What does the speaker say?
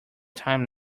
time